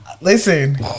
listen